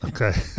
Okay